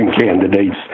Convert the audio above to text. candidates